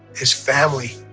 his family,